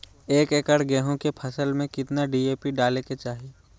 एक एकड़ गेहूं के फसल में कितना डी.ए.पी डाले के चाहि?